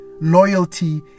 loyalty